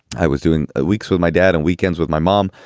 i was doing ah weeks with my dad and weekends with my mom.